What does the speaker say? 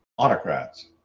autocrats